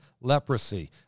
leprosy